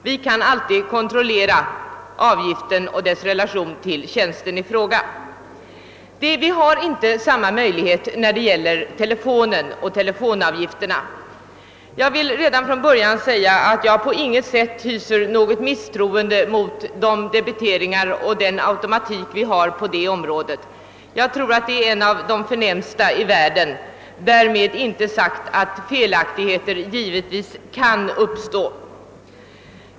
Vi kan alltid kontrollera avgiften och dess relation till tjänsten i fråga. Vi har emellertid inte samma möjlighet att kontrollera telefonavgifterna. — Jag vill redan från början säga att jag på intet sätt hyser något misstroende mot de debiteringar och den automatik som förekommer på det området; jag tror nämligen att vår telefon är en av de förnämsta i världen i detta avseende, därmed givetvis inte sagt att felaktigheter inte kan uppstå.